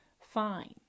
fine